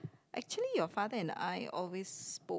actually your father and I always spoke